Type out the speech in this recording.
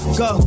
go